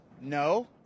No